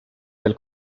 del